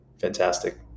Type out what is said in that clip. fantastic